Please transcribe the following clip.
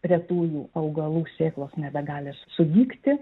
retųjų augalų sėklos nebegali sudygti